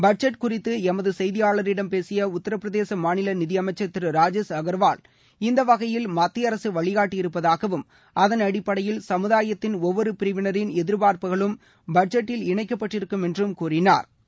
budget குறித்து எமது செய்தியாளரிடம் பேசிய உத்தரபிரதேச மாநில நிதியமைச்ச் திரு ராஜேஷ் அகர்வால் இந்த வகையில் மத்திய அரசு வழிகாட்டியிருப்பதாகவும் அதன் அடிப்படையில் சமுதாயத்தின் ஒவ்வொரு பிரிவினரின் எதிர்பாா்ப்புகளும் பட்ஜெட்டில் இணைக்கப்பட்டிருக்கும் என்றும் கூறினாா்